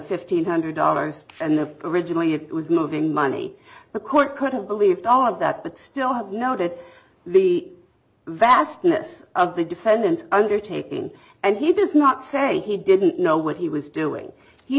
fifteen hundred dollars and then originally it was moving money the court couldn't believe all of that but still how do you know that the vastness of the defendant's undertaking and he does not say he didn't know what he was doing he